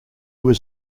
was